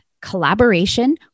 collaboration